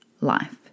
life